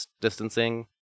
distancing